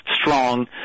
strong